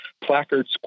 placards